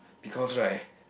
because right